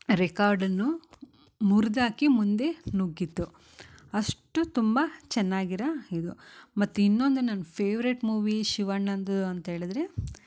ರೆಕಾರ್ಡನ್ನು ಮುರ್ದಾಕಿ ಮುಂದೆ ನುಗ್ಗಿತ್ತು ಅಷ್ಟು ತುಂಬ ಚೆನ್ನಾಗಿರ ಇದು ಮತ್ತೆ ಇನ್ನೊಂದು ನನ್ನ ಫೇವ್ರೆಟ್ ಮೂವಿ ಶಿವಣ್ಣಂದು ಅಂತೇಳಿದರೆ